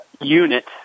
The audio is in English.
unit